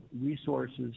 resources